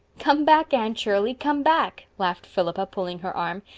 come back, anne shirley come back, laughed philippa, pulling her arm.